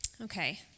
Okay